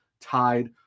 tied